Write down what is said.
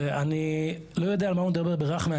אני לא יודע על מה הוא מדבר ברכמה.